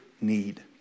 need